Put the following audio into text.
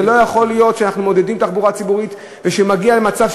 זה לא יכול להיות שאנחנו מעודדים תחבורה ציבורית שמגיעה למצב,